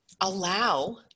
allow